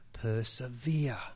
persevere